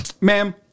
Ma'am